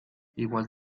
igual